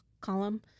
column